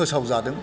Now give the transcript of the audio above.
फोसावजादों